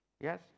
Yes